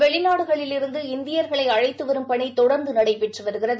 வெளிநாடுகளிலிருந்து இந்தியர்களை அழைத்து வரும் பணி தொடர்ந்து நடைபெற்று வருகிறது